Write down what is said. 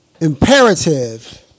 Imperative